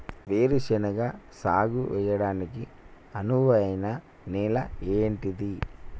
వేరు శనగ సాగు చేయడానికి అనువైన నేల ఏంటిది?